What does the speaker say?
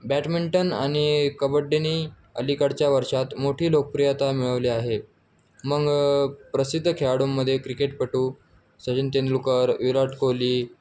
badminton आणि कबड्डीनी अलीकडच्या वर्षात मोठी लोकप्रियता मिळवली आहे मग प्रसिद्ध खेळाडूंमध्ये क्रिकेटपटु सचिन तेंडुलकर विराट कोहली